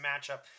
matchup